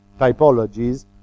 typologies